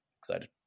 excited